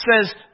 says